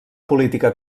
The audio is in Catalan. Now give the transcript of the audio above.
política